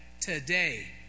today